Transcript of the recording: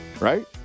Right